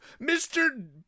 Mr